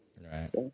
Right